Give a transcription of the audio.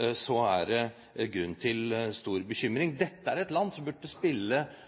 er det grunn til stor bekymring. Dette er et land som burde spille